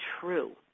true